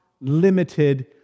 limited